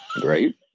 Great